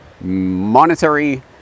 Monetary